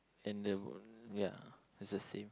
and the ya is the same